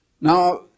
Now